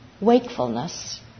wakefulness